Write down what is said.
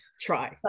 try